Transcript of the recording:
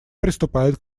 приступает